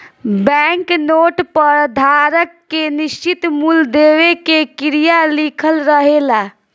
bank note पर धारक के निश्चित मूल देवे के क्रिया लिखल रहेला